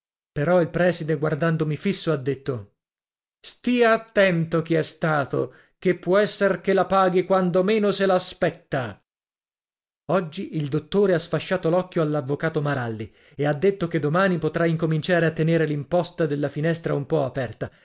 però il prèside guardandomi fisso ha detto stia attento chi è stato ché può essere che la paghi quando meno se l'aspetta oggi il dottore ha sfasciato l'occhio all'avvocato maralli e ha detto che domani potrà incominciare a tenere limposta della finestra un po aperta